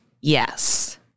Yes